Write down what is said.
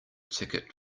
ticket